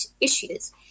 issues